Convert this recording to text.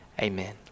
amen